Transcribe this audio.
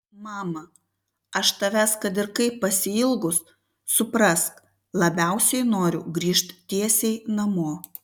mama aš tavęs kad ir kaip pasiilgus suprask labiausiai noriu grįžt tiesiai namo